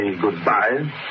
goodbye